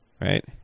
right